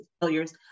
failures